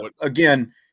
again